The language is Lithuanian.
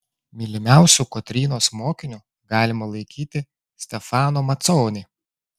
mylimiausiu kotrynos mokiniu galima laikyti stefano maconi